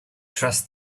trust